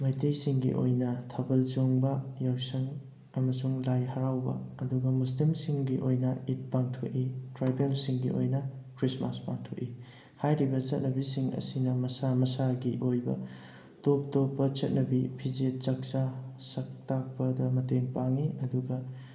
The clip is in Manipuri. ꯃꯩꯇꯩꯁꯤꯡꯒꯤ ꯑꯣꯏꯅ ꯊꯥꯕꯜ ꯆꯣꯡꯕ ꯌꯥꯎꯁꯪ ꯑꯃꯁꯨꯡ ꯂꯥꯏ ꯍꯔꯥꯎꯕ ꯑꯗꯨꯒ ꯃꯨꯁꯂꯤꯝꯁꯤꯡꯒꯤ ꯑꯣꯏꯅ ꯏꯠ ꯄꯥꯡꯊꯣꯛꯏ ꯇ꯭ꯔꯥꯏꯕꯦꯜꯁꯤꯡꯒꯤ ꯑꯣꯏꯅ ꯈ꯭ꯔꯤꯁꯃꯥꯁ ꯄꯥꯡꯊꯣꯛꯏ ꯍꯥꯏꯔꯤꯕ ꯆꯠꯅꯕꯤꯁꯤꯡ ꯑꯁꯤꯅ ꯃꯁꯥ ꯃꯁꯥꯒꯤ ꯑꯣꯏꯕ ꯇꯣꯞ ꯇꯣꯞꯄ ꯆꯠꯅꯕꯤ ꯐꯤꯖꯦꯠ ꯆꯛꯆꯥ ꯁꯛ ꯇꯥꯛꯄꯗ ꯃꯇꯦꯡ ꯄꯥꯡꯉꯤ ꯑꯗꯨꯒ